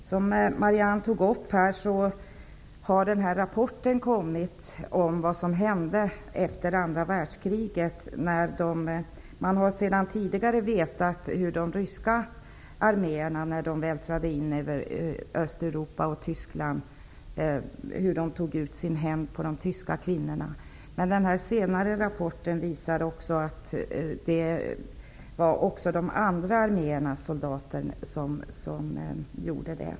Som Marianne Andersson tog upp har en rapport presenterats om vad som hände efter andra världskriget. Det är sedan tidigare känt hur de ryska arméerna, när de vältrade in över Östeuropa och Tyskland, tog ut sin hämnd på de tyska kvinnorna. Men denna senare rapport visar att det också gällde för de andra arméernas soldater.